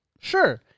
Sure